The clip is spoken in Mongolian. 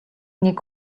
нэг